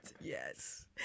Yes